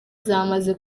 zamaze